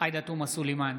עאידה תומא סלימאן,